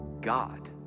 God